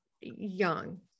young